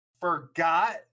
forgot